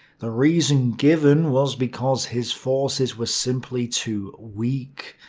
the reason given was because his forces were simply too weak.